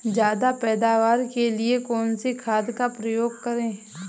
ज्यादा पैदावार के लिए कौन सी खाद का प्रयोग करें?